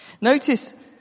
Notice